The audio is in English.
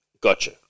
Gotcha